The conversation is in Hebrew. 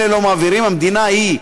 אלה לא מעבירים, המדינה היא,